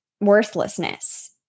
worthlessness